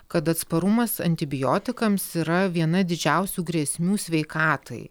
kad atsparumas antibiotikams yra viena didžiausių grėsmių sveikatai